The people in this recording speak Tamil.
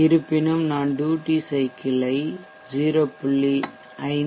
இருப்பினும் நான் ட்யூட்டி சைக்கிள் ஐ 0